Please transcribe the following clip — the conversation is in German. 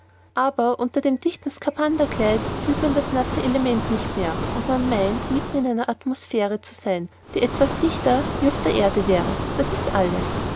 aber unter dem dichten skaphanderkleid fühlt man das nasse element nicht mehr und man meint mitten in einer atmosphäre zu sein die etwas dichter wie auf der erde wäre das ist alles